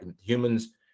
Humans